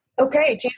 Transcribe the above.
Okay